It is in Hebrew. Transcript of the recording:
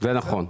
זה נכון.